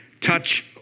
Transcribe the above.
touch